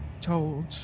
told